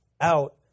out